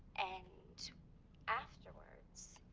and afterwards,